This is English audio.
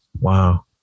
Wow